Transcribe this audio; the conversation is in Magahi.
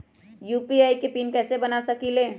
यू.पी.आई के पिन कैसे बना सकीले?